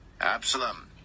Absalom